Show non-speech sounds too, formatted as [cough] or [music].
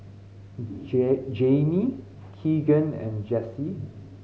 [unintelligible] Jame Keagan and Jase